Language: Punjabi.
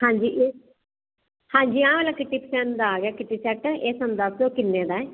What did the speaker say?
ਹਾਂਜੀ ਹਾਂਜੀ ਆਹ ਵਾਲਾ ਪਸੰਦ ਆ ਗਿਆ ਕਿੱਟੀ ਸੈੱਟ ਇਹ ਸਾਨੂੰ ਦੱਸ ਦੋ ਕਿੰਨੇ ਦਾ ਏ